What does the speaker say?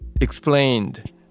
explained